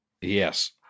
Yes